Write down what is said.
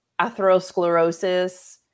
atherosclerosis